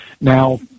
now